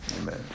Amen